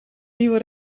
nieuwe